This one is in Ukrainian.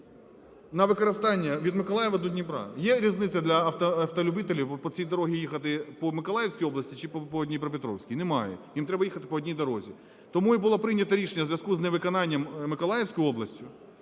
на використання від Миколаєва до Дніпра. Є різниця для автолюбителів по цій дорогі їхати по Миколаївській області чи по Дніпропетровській? Немає. Їм треба їхати по одній дорозі. Тому і було прийняте рішення у зв'язку з невиконанням Миколаївською областю